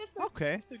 Okay